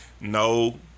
No